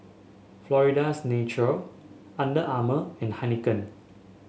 Florida's Natural Under Armour and Heinekein